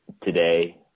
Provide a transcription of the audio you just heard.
today